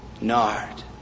nard